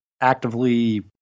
actively